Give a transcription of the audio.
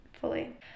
fully